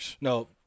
No